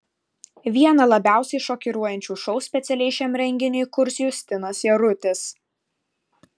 vieną labiausiai šokiruojančių šou specialiai šiam renginiui kurs justinas jarutis